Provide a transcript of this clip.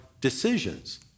decisions